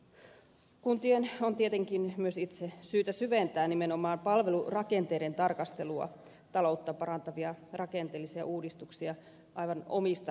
kuntien on tietenkin myös itse syytä syventää nimenomaan palvelurakenteiden tarkastelua taloutta parantavia rakenteellisia uudistuksia aivan omista lähtökohdistaan